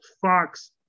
Fox